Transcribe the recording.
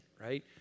right